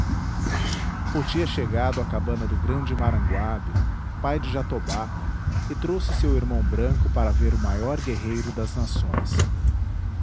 é chegado à cabana do grande maranguab pai de jatobá e trouxe seu irmão branco para ver o maior guerreiro das nações